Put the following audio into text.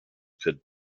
could